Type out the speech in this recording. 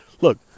look